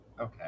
Okay